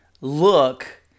look